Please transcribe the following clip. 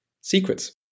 secrets